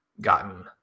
gotten